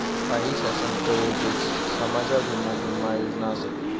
काही शासन प्रायोजित समाजाभिमुख विमा योजना आसत